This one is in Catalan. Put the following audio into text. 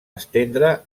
estendre